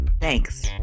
Thanks